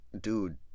dude